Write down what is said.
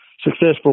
successful